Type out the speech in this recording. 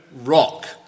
rock